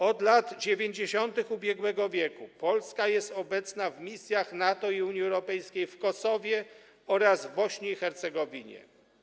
Od lat 90. ubiegłego wieku Polska jest obecna w misjach NATO i Unii Europejskiej w Kosowie oraz w Bośni i Hercegowinie.